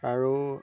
আৰু